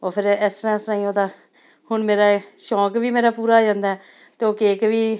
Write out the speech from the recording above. ਔਰ ਫਿਰ ਇਸ ਤਰ੍ਹਾਂ ਇਸ ਤਰ੍ਹਾਂ ਹੀ ਉਹਦਾ ਹੁਣ ਮੇਰਾ ਇਹ ਸ਼ੌਕ ਵੀ ਮੇਰਾ ਪੂਰਾ ਹੋ ਜਾਂਦਾ ਅਤੇ ਉਹ ਕੇਕ ਵੀ